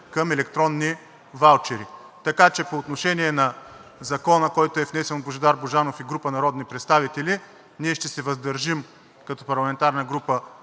към електронни ваучери. Така че по отношение на Закона, който е внесен от Божидар Божанов и група народни представители, ние ще се въздържим като парламентарна група